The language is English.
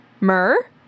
Myr